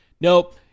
nope